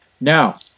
now